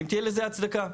ואם תהיה לזה הצדקה?